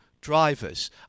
drivers